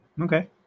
Okay